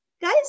Guys